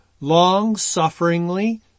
long-sufferingly